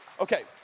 Okay